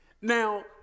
Now